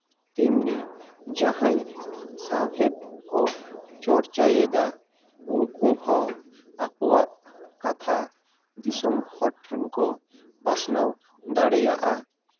ᱛᱮᱢᱱᱤ ᱡᱟᱦᱟᱸᱭ ᱥᱟᱶᱦᱮᱫ ᱠᱚ ᱪᱚᱨᱪᱟᱭᱮᱫᱟ ᱩᱱᱠᱩ ᱦᱚᱸ ᱟᱠᱚᱣᱟᱜ ᱠᱟᱛᱷᱟ ᱫᱤᱥᱚᱢ ᱦᱚᱲ ᱴᱷᱮᱱ ᱠᱚ ᱯᱟᱥᱱᱟᱣ ᱫᱟᱲᱮᱭᱟᱜᱼᱟ